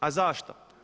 A zašto?